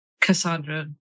Cassandra